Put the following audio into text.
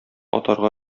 атарга